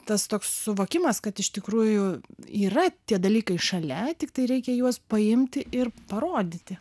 tas toks suvokimas kad iš tikrųjų yra tie dalykai šalia tiktai reikia juos paimti ir parodyti